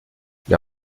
les